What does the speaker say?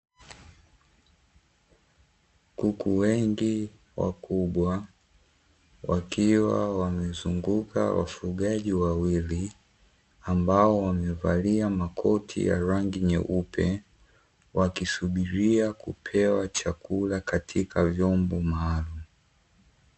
Kuku wengi wakubwa wakiwa wamezunguka wafugaji wawili, ambao wamevalia makoti ya rangi nyeupe, wakisubiria kupewa chakula katika vyombo maalumu.